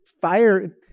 fire